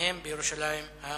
מבתיהם בירושלים המזרחית.